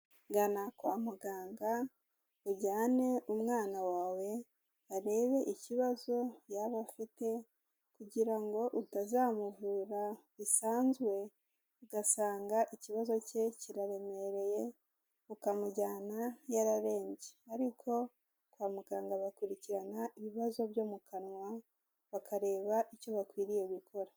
Gana kwa muganga ujyane umwana wawe barebe ikibazo yaba afite, kugira ngo utazamuvura bisanzwe ugasanga ikibazo cye kiraremereye ukamujyana yararembye. Ariko kwa muganga bakurikirana ibibazo byo mu kanwa bakareba icyo bakwiriye gukora.